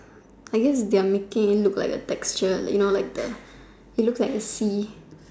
I guess they are making it look like a texture like you know like the it looks like a sea